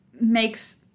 makes